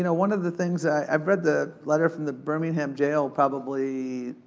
you know one of the things, i've read the letter from the birmingham jail, probably,